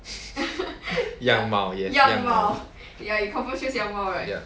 样貌 yes 样貌 ya